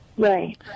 Right